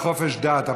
חופש דת?